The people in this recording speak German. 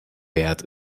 wert